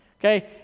okay